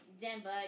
Denver